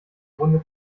runde